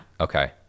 Okay